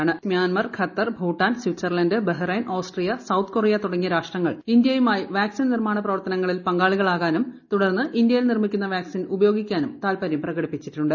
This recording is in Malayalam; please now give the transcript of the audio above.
Bangladesh Myanmar Qatar Bhutan Switzerland Bahrain Austria South Korea തുടങ്ങിയ രാഷ്ട്രങ്ങൾ ഇന്ത്യയുമായി വാക്സിൻ നിർമാണ പ്രവർത്തനങ്ങളിൽ പങ്കാളികളാകാനും തുടർന്ന് ഇന്ത്യയിൽ നിർമ്മിക്കുന്ന വാക്സിൻ ഉപയോഗിക്കാനും താല്പരൂര് പ്രകടിപ്പിച്ചിട്ടുണ്ട്